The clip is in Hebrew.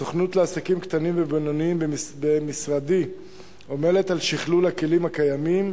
הסוכנות לעסקים קטנים ובינוניים במשרדי עמלה על שכלול הכלים הקיימים